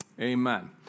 amen